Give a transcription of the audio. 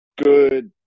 Good